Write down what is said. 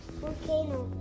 volcano